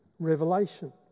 Revelation